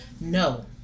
No